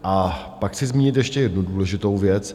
A pak chci zmínit ještě jednu důležitou věc.